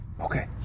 Okay